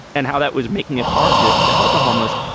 and how that was making it hard to to help the homeless.